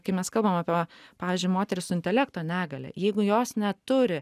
kai mes kalbam apie pavyzdžiui moteris su intelekto negalia jeigu jos neturi